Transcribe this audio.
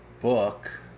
book